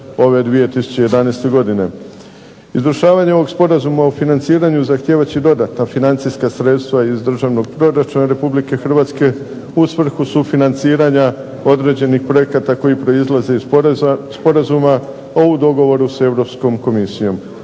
ove 2011. godine. Izvršavanje ovog sporazuma o financiranju zahtijevat će dodatna financijska sredstva iz državnog proračuna Republike Hrvatske, u svrhu sufinanciranja određenih projekata koji proizlaze iz sporazuma a u dogovoru s Europskom komisijom.